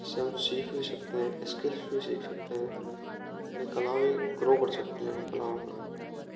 इससे आप सीख सकते हैं स्क्रिप्ट भी सीख सकते हैं कला भी ग्रो कर सकती है कलाओं का